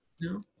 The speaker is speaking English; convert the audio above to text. No